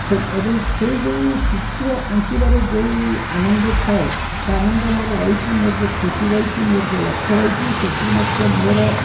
ସେ ଏବଂ ସେହି ଯେଉଁ ଚିତ୍ର ଆଙ୍କିବାରେ ଯେଉଁ ଆନନ୍ଦ ଥାଏ ବା ଆନନ୍ଦ ମୋର ରହିଛି ମୋର ଯେଉଁ ଖୁସି ରହିଛି ମୋର ଯେଉଁ ଲକ୍ଷ୍ୟ ରହିଛି ସେଥିରୁ ମଧ୍ୟ ମୋର